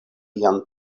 jam